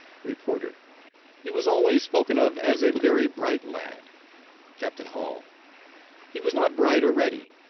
reporter he was always spoken of as a very bright lad captain hall he was not bright or ready.